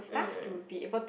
mm mm